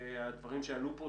הדברים שעלו פה,